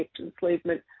enslavement